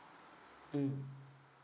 mm